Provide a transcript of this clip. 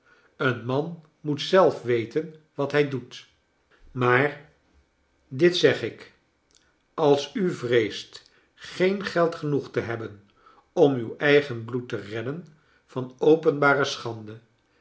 een man moet zelf weten wat hij doet maar dit zeg ik als u vreest geen geld genoeg te hebben om uw eigen bloed te redden van openbare schande